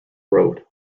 road